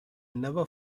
never